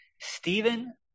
Stephen